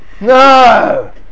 No